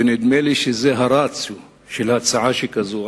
ונדמה לי שזה הרציו של הצעה שכזו.